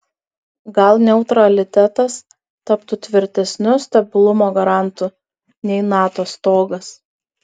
gal neutralitetas taptų tvirtesniu stabilumo garantu nei nato stogas